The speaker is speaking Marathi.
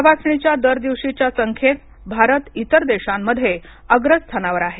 तपासणीच्या दर दिवशीच्या संख्येत भारत इतर देशांमध्ये अग्र स्थानावर आहे